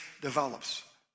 develops